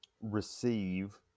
receive